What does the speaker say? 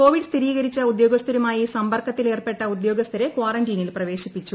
Covid സ്ഥിരീകരിച്ച ഉദ്യോഗസ്ഥരുമായി സമ്പർക്കത്തിലേർപ്പെട്ട ഉദ്യോഗസ്ഥരെ കാറന്റീനിൽ പ്രവേശിപ്പിച്ചു